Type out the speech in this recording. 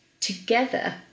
together